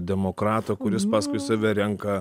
demokrato kuris paskui save renka